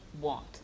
want